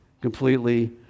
Completely